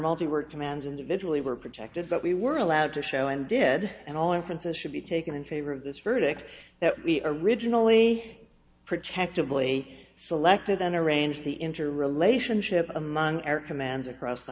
multi work demands individually were protected but we were allowed to show and did and all inferences should be taken in favor of this verdict that we originally protectively selected then arranged the interrelationship among air commands across the